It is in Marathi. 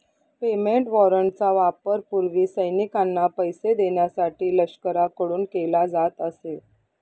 पेमेंट वॉरंटचा वापर पूर्वी सैनिकांना पैसे देण्यासाठी लष्कराकडून केला जात असे